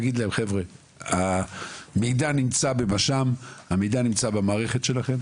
להגיד להם חבר'ה המידע נמצא במש"מ המידע נמצא במערכת שלכם,